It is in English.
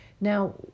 Now